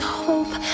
hope